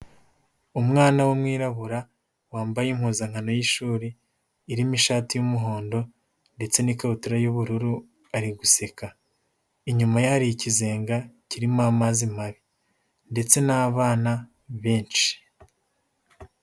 Umwana w'umwirabura wambaye impuzankano y'ishuri irimo ishati y'umuhondo ndetse n'ikabutura y'ubururu ari guseka . Inyuma ye hari ikizenga kirimo amazi mabi ndetse n'abana benshi.